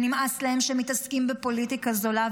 ונמאס להם שמתעסקים בפוליטיקה זולה,